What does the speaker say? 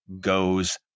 goes